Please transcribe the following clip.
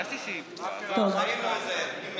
אני בחיים לא איזהר.